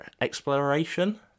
Exploration